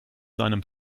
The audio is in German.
seinem